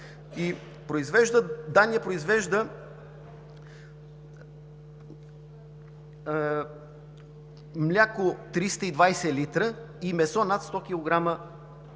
Дания произвежда мляко – 320 литра, и месо над 100 кг